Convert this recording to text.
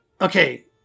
Okay